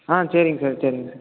ஆ சரிங் சார் சரிங் சார்